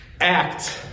Act